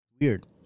Weird